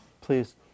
Please